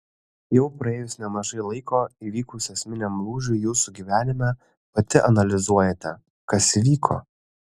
jau praėjus nemažai laiko įvykus esminiam lūžiui jūsų gyvenime pati analizuojate kas įvyko